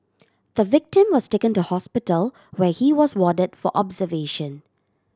the victim was taken to hospital where he was warded for observation